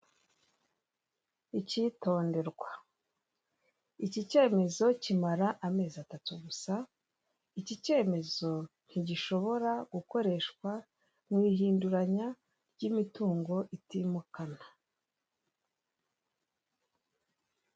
Icyitonderwa iki cyemezo kimara amezi atatu gusa iki cyemezo ntigishobora gukoreshwa mu ihinduranya ry'imitungo itimukanwa.